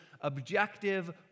objective